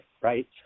right